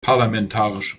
parlamentarische